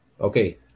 okay